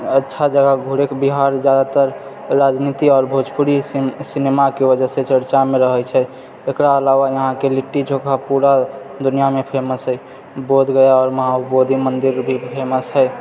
अच्छा जगह घुरैके बिहार जादातर राजनीती आओर भोजपुरी सिनेमाके वजह से चर्चामे रहै छै एकरा अलावा यहाँके लिट्टी चोखा पूरा दुनियामे फेमस है बोध गया आओर महा बोधि मन्दिर भी फेमस है